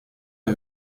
hay